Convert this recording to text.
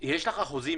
יש לך אחוזים,